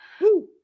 woo